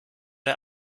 der